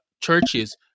churches